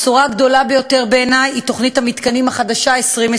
הבשורה הגדולה ביותר בעיני היא תוכנית המתקנים החדשה 2020: